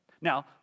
Now